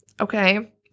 Okay